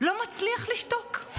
לא מצליח לשתוק,